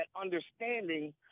understanding